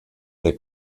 der